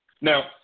Now